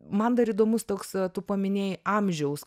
man dar įdomus toks tu paminėjai amžiaus